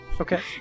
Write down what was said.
Okay